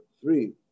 three